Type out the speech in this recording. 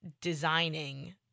designing